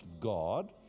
God